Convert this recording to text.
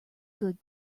good